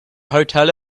hotel